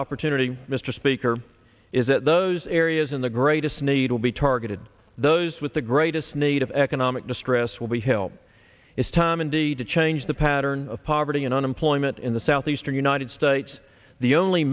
opportunity mr speaker is that those areas in the greatest need will be targeted those with the greatest need of economic distress will be help is time indeed to change the pattern of poverty and unemployment in the southeastern united states the only